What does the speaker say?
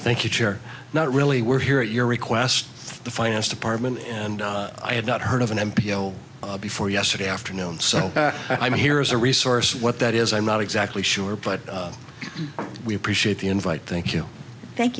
thank you chair not really were here at your request the finance department and i had not heard of an m p o before yesterday afternoon so i'm here as a resource what that is i'm not exactly sure but we appreciate the invite thank you thank